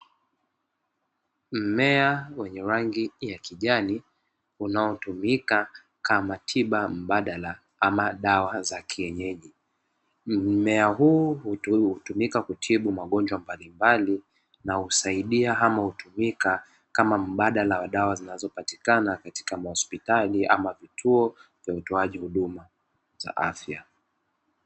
Mmea wenye rangi ya kijani unaotumika kama tiba mbadala ama dawa za kienyeji mmea huu hutumika kutibu magonjwa mbali mbali na husaidia ama utumika kama mbadala wa dawa zinazopatikana katika mahospitali ama vituo vya utoaji huduma za afya.